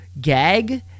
Gag